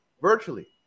virtually